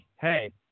Hey